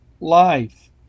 life